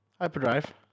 hyperdrive